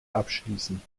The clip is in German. abschließen